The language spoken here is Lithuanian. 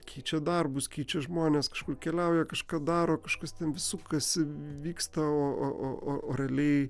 keičia darbus keičia žmones kažkur keliauja kažką daro kažkas ten sukasi vyksta o o o realiai